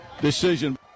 decision